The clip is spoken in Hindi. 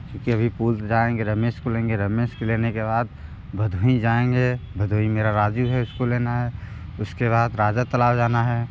क्योंकि अभी पुल पर जाएंगे रमेश को लेंगे रमेश को लेने के बाद भदोही जाएंगे भदोही मेरा राजू है उसको लेना है उसके बाद राजा तलाब जाना है